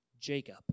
Jacob